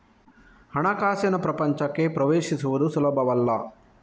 ಹಣಕಾಸಿನ ಪ್ರಪಂಚಕ್ಕೆ ಪ್ರವೇಶಿಸುವುದು ಸುಲಭವಲ್ಲ